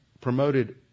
promoted